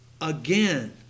again